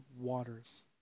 waters